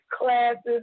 classes